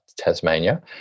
Tasmania